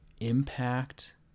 impact